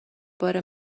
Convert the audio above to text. بار